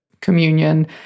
communion